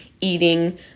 eating